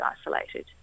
isolated